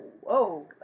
whoa